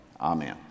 Amen